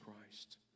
Christ